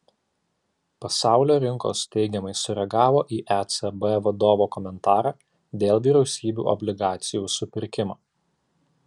pasaulio rinkos teigiamai sureagavo į ecb vadovo komentarą dėl vyriausybių obligacijų supirkimo